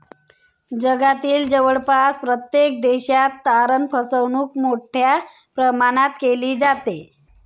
जगातील जवळपास प्रत्येक देशात तारण फसवणूक मोठ्या प्रमाणात केली जाते